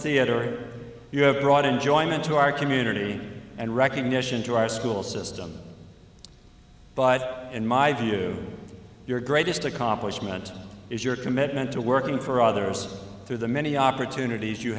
theater you have brought enjoyment to our community and recognition to our school system but in my view your greatest accomplishment is your commitment to working for others through the many opportunities you